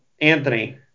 Anthony